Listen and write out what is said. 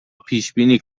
پیشبینی